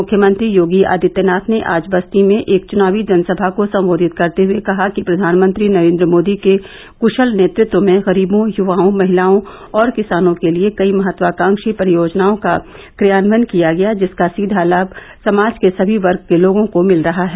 मुख्यमंत्री योगी आदित्यनाथ ने आज बस्ती में एक चुनावी जनसभा को सम्बोधित करते हुये कहा कि प्रधानमंत्री नरेन्द्र मोदी के कृषल नेतृत्व में गरीबों युवाओं महिलाओं और किसानों के लिये कई महत्वाकांक्षी परियोजनाओं का क्रियान्वयन किया गया जिसका सीधा लाभ समाज के सभी वर्ग के लोगों को मिल रहा है